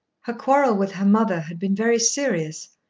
her quarrel with her mother had been very serious,